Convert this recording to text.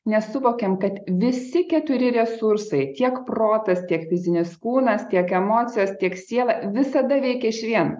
nesuvokiam kad visi keturi resursai tiek protas tiek fizinis kūnas tiek emocijos tiek siela visada veikia išvien